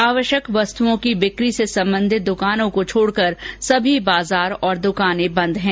आवश्यक वस्तुओं की बिक्री से संबंधित दुकानों को छोड़ कर सभी बाजार और दुकानें बंद हैं